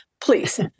please